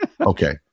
Okay